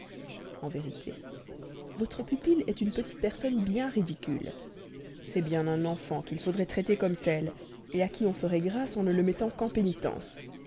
en vérité votre pupille est une petite personne bien ridicule c'est bien un enfant qu'il faudrait traiter comme tel à qui on ferait grâce en ne le mettant qu'en pénitence